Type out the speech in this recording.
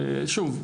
שוב,